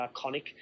iconic